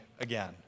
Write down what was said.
again